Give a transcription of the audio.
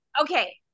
okay